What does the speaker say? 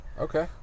Okay